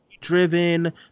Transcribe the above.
Driven